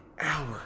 hour